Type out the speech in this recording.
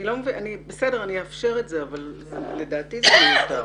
אני אאפשר זאת אבל לדעתי זה מיותר.